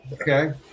Okay